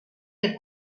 del